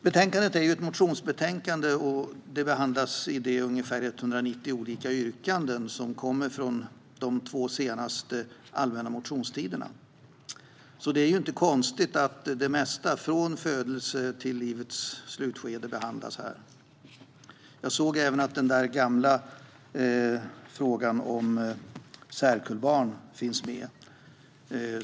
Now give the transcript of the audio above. Betänkandet är ett motionsbetänkande som behandlar ungefär 190 olika yrkanden från de två senaste allmänna motionstiderna, så det är inte konstigt att det mesta från födelse till livets slutskede behandlas. Jag såg även att den gamla frågan om särkullbarn finns med.